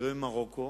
ולא ממרוקו,